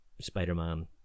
Spider-Man